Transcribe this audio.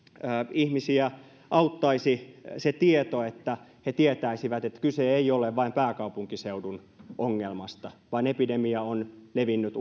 ihmisiä auttaisi se että he tietäisivät että kyse ei ole vain pääkaupunkiseudun ongelmasta vaan epidemia on levinnyt